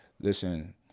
listen